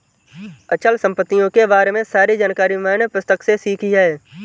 अचल संपत्तियों के बारे में सारी जानकारी मैंने पुस्तक से सीखी है